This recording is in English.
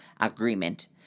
agreement